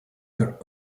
their